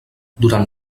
durant